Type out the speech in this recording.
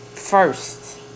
First